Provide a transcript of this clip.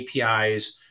APIs